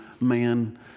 Man